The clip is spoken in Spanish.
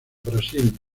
brasil